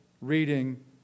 reading